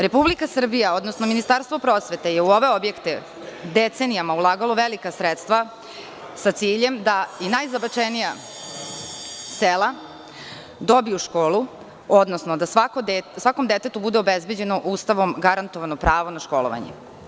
Republika Srbija, odnosno Ministarstvo prosvete je u ove objekte decenijama ulagalo velika sredstva sa ciljem da i najzabačenija sela dobiju školu, odnosno da svakom detetu bude obezbeđeno Ustavom garantovano pravo na školovanje.